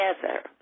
together